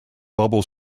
bubble